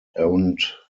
und